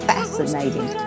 Fascinating